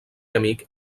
amic